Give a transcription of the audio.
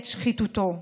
את שחיתותו.